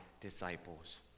disciples